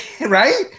Right